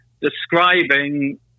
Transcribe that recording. describing